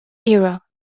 era